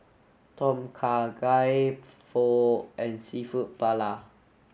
Tom Kha Gai Pho and Seafood Paella